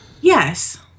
Yes